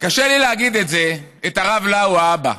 קשה לי להגיד את זה, את הרב לאו האבא,